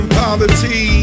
poverty